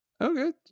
Okay